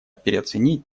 переоценить